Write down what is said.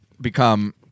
become